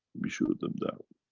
we shoot them down.